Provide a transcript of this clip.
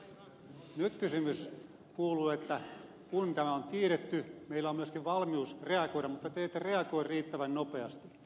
nyt kysymys kuuluu kun tämä on tiedetty ja meillä on myöskin valmius reagoida miksi te ette reagoi riittävän nopeasti